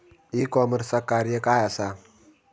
E कॉमर्सचा कार्य काय असा?